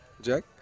Jack